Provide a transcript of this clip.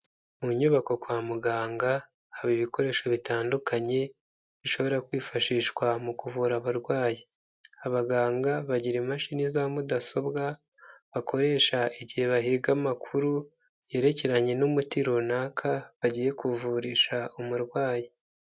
Mu nyubako kwa muganga haba ibikoresho bitandukanye bishobora kwifashishwa mu kuvura abarwayi, abaganga bagira imashini za mudasobwa bakoresha igihe bahiga amakuru yerekeranye n'umuti runaka bagiye kuvurisha umurwayi.